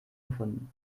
gefunden